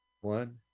one